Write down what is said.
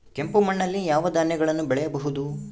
ಕೆಂಪು ಮಣ್ಣಲ್ಲಿ ಯಾವ ಧಾನ್ಯಗಳನ್ನು ಬೆಳೆಯಬಹುದು?